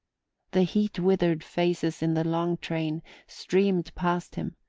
the heat-withered faces in the long train streamed past him,